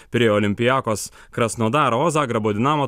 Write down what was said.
pirėjo olympiakos krasnodaro o zagrebo dinamo